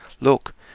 Look